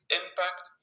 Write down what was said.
impact